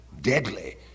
deadly